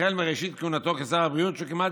החל מראשית כהונתו כשר הבריאות שהוא כמעט